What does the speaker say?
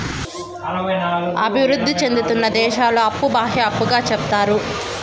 అభివృద్ధి సేందుతున్న దేశాల అప్పు బాహ్య అప్పుగా సెప్తారు